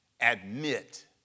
admit